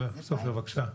סופר, בבקשה.